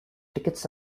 tickets